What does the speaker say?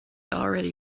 already